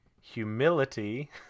humility